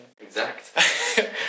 Exact